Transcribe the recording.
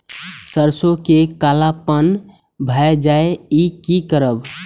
सरसों में कालापन भाय जाय इ कि करब?